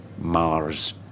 Mars